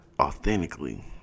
authentically